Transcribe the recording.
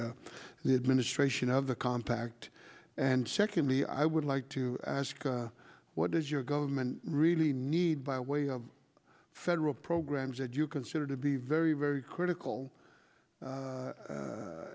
of the contact and secondly i would like to ask what does your government really need by way of federal programs that you consider to be very very critical